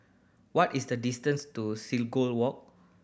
what is the distance to Seagull Walk